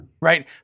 right